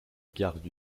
gardent